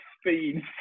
speed